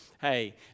hey